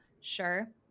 sure